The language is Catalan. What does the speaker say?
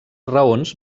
raons